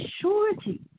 surety